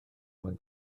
mwyn